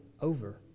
over